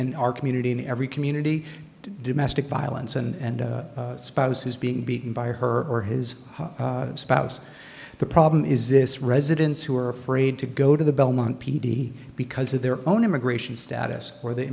in our community in every community domestic violence and a spouse who's being beaten by her or his spouse the problem is this residents who are afraid to go to the belmont p d because of their own immigration status or the